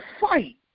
fight